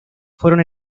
fueron